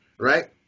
right